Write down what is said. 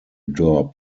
door